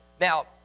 Now